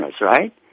right